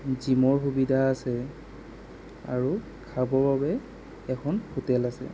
জীমৰ সুবিধা আছে আৰু খাবৰ বাবে এখন হোটেল আছে